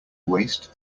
waste